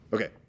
Okay